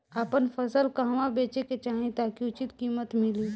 आपन फसल कहवा बेंचे के चाहीं ताकि उचित कीमत मिली?